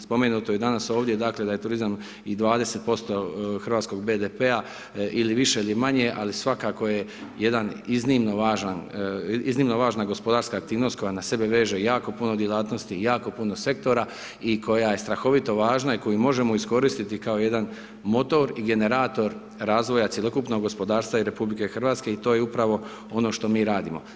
Spomenuto je danas ovdje, dakle, da je turizam 20% hrvatskog BDP-a ili više ili manje, ali svakako je jedan iznimno važna gospodarska aktivnost koja na sebe veže jako puno djelatnosti i jako puno sektora i koja je strahovito važna i koju možemo iskoristiti kao jedan motor i generator razvoja cjelokupnog gospodarstva i RH i to je upravo ono što mi radimo.